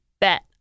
bet